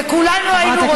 וכולנו היינו רוצות מדינה,